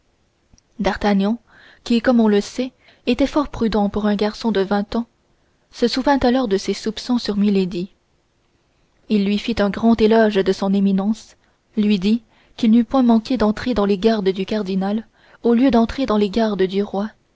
d'artagnan qui comme on le sait était fort prudent pour un garçon de vingt ans se souvint alors de ses soupçons sur milady il lui fit un grand éloge de son éminence lui dit qu'il n'eût point manqué d'entrer dans les gardes du cardinal au lieu d'entrer dans les gardes du roi